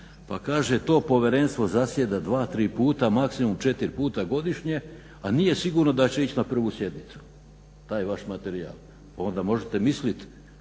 Pa kaže to povjerenstvo zasjeda 2, 3 puta maksimum 4 puta godišnje, a nije sigurno da će ići na prvu sjednicu taj vaš materijal. Onda možete misliti